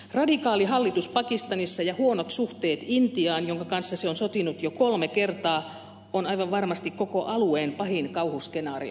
radikaali hallitus pakistanissa ja huonot suhteet intiaan jonka kanssa se on sotinut jo kolme kertaa on aivan varmasti koko alueen pahin kauhuskenaario